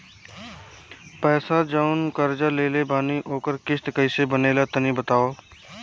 पैसा जऊन कर्जा लेले बानी ओकर किश्त कइसे बनेला तनी बताव?